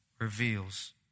reveals